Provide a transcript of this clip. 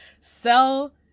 sell